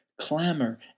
clamor